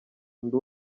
undi